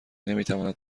نمیتواند